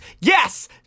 Yes